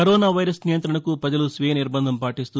corona virus నియంతణకు ప్రజలు స్వీయ నిర్బందం పాటిస్తూ